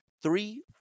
Three